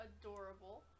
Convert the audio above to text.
adorable